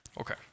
Okay